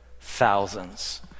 thousands